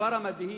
קיימים